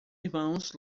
irmãos